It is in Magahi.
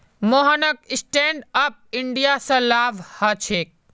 मोहनक स्टैंड अप इंडिया स लाभ ह छेक